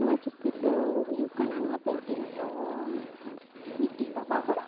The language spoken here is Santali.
ᱱᱚᱣᱟ ᱪᱤᱛᱤᱨ ᱫᱚ ᱦᱩᱭᱩᱜ ᱠᱟᱱᱟ ᱱᱚᱣᱟ ᱯᱮᱱᱴᱤᱝ ᱫᱚ ᱢᱤᱫᱴᱤᱡ ᱵᱟᱵᱟ ᱦᱚᱲᱟᱜ